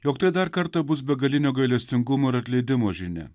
jog tai dar kartą bus begalinio gailestingumo ir atleidimo žinia